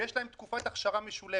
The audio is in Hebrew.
ויש להם תקופת אכשרה משולבת.